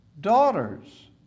daughters